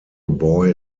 boy